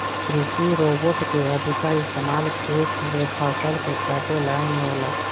कृषि रोबोट के अधिका इस्तमाल खेत से फसल के काटे ला ही होला